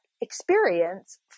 experience